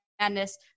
Madness